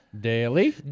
Daily